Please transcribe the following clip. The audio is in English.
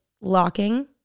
locking